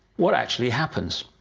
what actually happens?